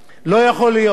שייקחו בשבי